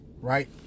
right